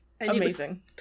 amazing